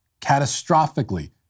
catastrophically